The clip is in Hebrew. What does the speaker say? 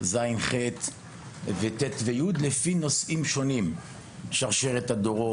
ז׳-ח׳ וט׳-י׳ ומחולקת לנושאים שונים: שרשרת הדורות,